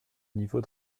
niveau